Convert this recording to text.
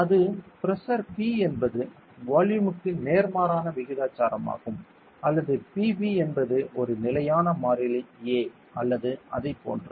அதாவது pressure P என்பது வால்யூமுக்கு நேர்மாறான விகிதாசாரம் அல்லது P V என்பது ஒரு நிலையான மாறிலி a அல்லது அதைப் போன்றது